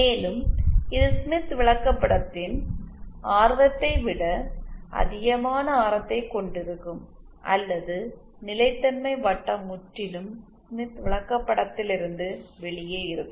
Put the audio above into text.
மேலும் இது ஸ்மித் விளக்கப்படத்தின் ஆர்வத்தை விட அதிகமான ஆரத்தை கொண்டிருக்கும் அல்லது நிலைத்தன்மை வட்டம் முற்றிலும் ஸ்மித் விளக்கப்படத்திலிருந்து வெளியே இருக்கும்